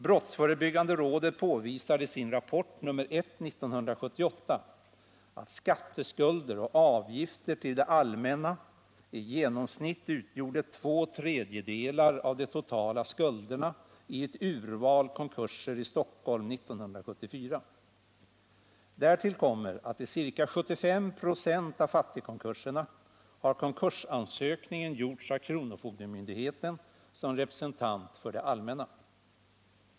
Brottsförebyggande rådet påvisar i sin rapport nr 1 år 1978 att skatteskulder och avgifter till det allmänna i genomsnitt utgjorde två tredjedelar av de totala skulderna i ett urval konkurser i Stockholm 1974. Därtill kommer att i ca 75 96 av fattigkonkurserna har konkursansökningen gjorts av kronofogdemyndigheten som representant för det allmänna.